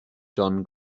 john